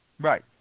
Right